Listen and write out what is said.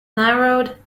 narrowed